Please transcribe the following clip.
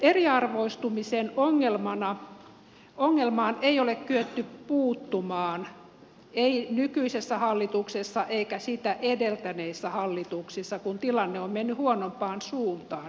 eriarvoistumisen ongelmaan ei ole kyetty puuttumaan ei nykyisessä hallituksessa eikä sitä edeltäneissä hallituksissa kun tilanne on mennyt huonompaan suuntaan